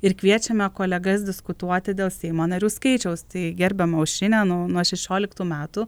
ir kviečiame kolegas diskutuoti dėl seimo narių skaičiaus tai gerbiama aušrine nu nuo šešioliktų metų